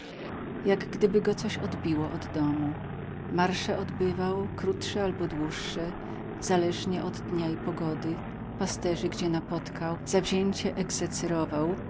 trzymał jakgdyby go coś odbiło od domu marsze odbywaj krótsze albo dłuższe zależnie od dnia i pogody pasterzy gdzie napotykał zawzięcie